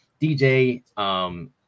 DJ